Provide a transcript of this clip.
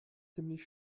ziemlich